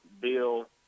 Bill